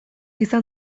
izan